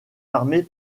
armées